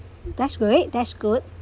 that's great that's good